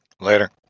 later